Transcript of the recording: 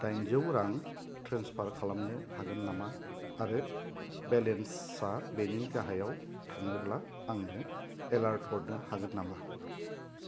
दाइनजौ रां ट्रेन्सफार खालामनो हागोन नामा आरो बेलेन्सा बेनि गाहायाव थाङोब्ला आंनो एलार्ट हरनो हागोन नामा